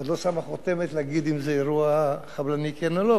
ועוד לא שמה חותמת להגיד אם זה אירוע חבלני כן או לא,